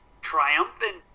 triumphant